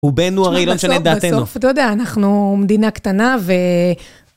רובינו הרי לא נשנה את דעתנו. בסוף, בסוף, לא יודע, אנחנו מדינה קטנה ו...